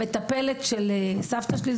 המטפלת של סבתא שלי,